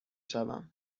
شوم